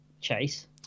Chase